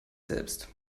selbst